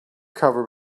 covered